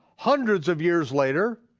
hundreds of years later,